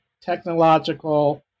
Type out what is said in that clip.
technological